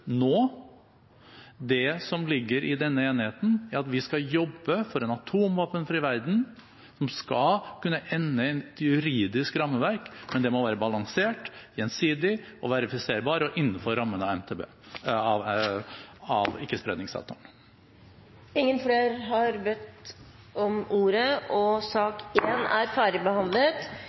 nå. Det som ligger i denne enigheten, er at vi skal jobbe for en atomvåpenfri verden, noe som skal kunne ende i et juridisk rammeverk, men det må være balansert, gjensidig, verifiserbart og innenfor rammene av ikke-spredningsavtalen. Flere har ikke bedt om ordet til sak nr. 1, og debatten om utenriksministerens redegjørelse er